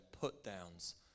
put-downs